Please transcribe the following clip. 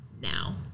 now